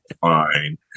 Fine